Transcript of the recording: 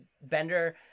bender